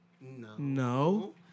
No